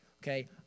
Okay